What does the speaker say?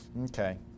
Okay